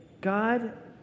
God